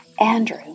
Andrew